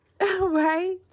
right